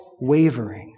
wavering